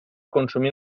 consumir